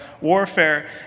warfare